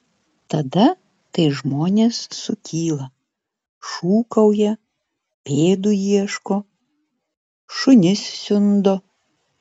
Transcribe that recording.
tada tai žmonės sukyla šūkauja pėdų ieško šunis siundo